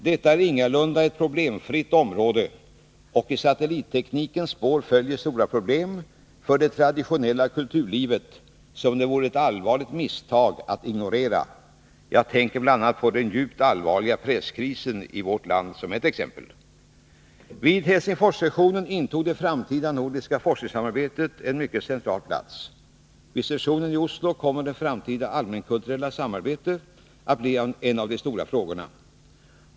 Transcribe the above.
Detta är ingalunda ett problemfritt område, och i satellitteknikens spår följer stora problem för det traditionella kulturlivet som det vore ett allvarligt misstag att ignorera. Ett utslag av detta är bl.a. den djupt allvarliga presskrisen. Vid Helsingforssessionen intog det framtida nordiska forskningssamarbetet en mycket central plats. Vid sessionen i Oslo kommer det framtida allmänkulturella samarbetet att bli en av de stora frågorna.